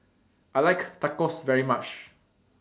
I like Tacos very much